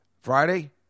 Friday